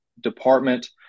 department